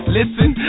listen